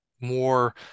more